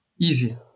easy